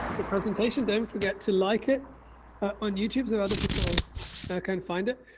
the presentation, don't forget to like it on youtube, so other people can find it.